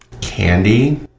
Candy